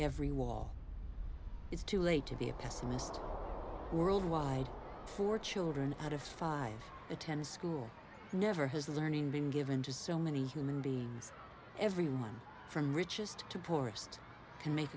every wall is too late to be a pessimist worldwide for children out of five attend school never has the learning been given to so many human beings everyone from richest to poorest can make